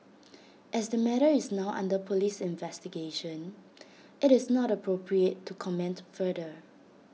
as the matter is now under Police investigation IT is not appropriate to comment further